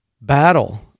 battle